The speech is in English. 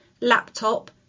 laptop